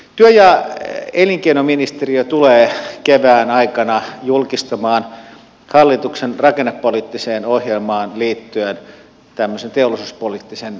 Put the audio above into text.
työ ja elinkeinoministeriö tulee kevään aikana julkistamaan hallituksen rakennepoliittiseen ohjelmaan liittyen tämmöisen teollisuuspoliittisen linjapaperin